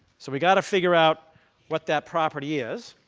so we've got to figure out what that property is.